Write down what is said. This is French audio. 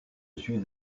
suis